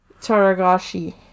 Taragashi